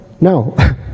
no